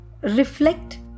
reflect